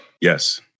Yes